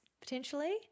potentially